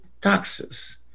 taxes